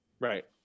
right